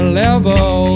level